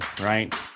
right